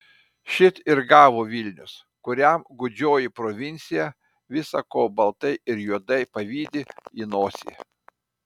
šit ir gavo vilnius kuriam gūdžioji provincija visa ko baltai ir juodai pavydi į nosį